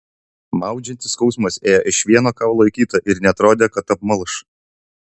maudžiantis skausmas ėjo iš vieno kaulo į kitą ir neatrodė kad apmalš